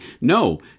No